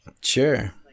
sure